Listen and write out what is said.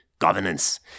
governance